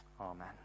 Amen